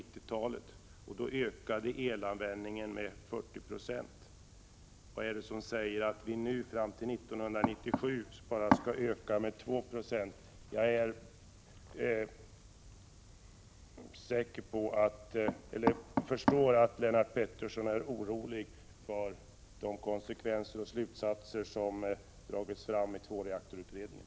1971—1979 ökade elanvändningen med 40 96. Vad är det som säger att användningen fram till 1997 bara skall öka med 2 96? Jag förstår att Lennart Pettersson är orolig för de konsekvenser och slutsatser som tagits fram i tvåreaktorutredningen.